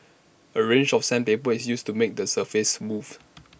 A range of sandpaper is used to make the surface smooth